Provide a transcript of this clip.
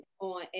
on